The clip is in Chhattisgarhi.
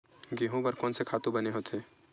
गेहूं बर कोन से खातु बने होथे?